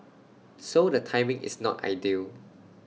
so the timing is not ideal